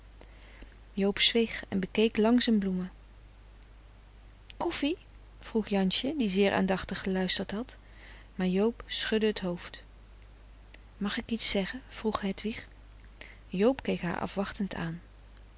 joob zweeg en bekeek lang zijn bloemen koffie vroeg jansje die zeer aandachtig geluisterd had maar joob schudde t hoofd mag ik iets zeggen vroeg hedwig joob keek haar afwachtend aan